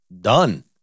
Done